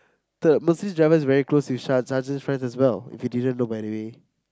the Mercedes driver is very close with ser~ sergeant's friends as well if you didn't know by the way